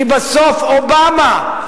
כי בסוף אובמה,